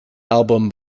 album